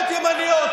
רק מפלגות ימניות.